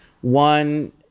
one